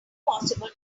possible